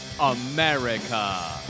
America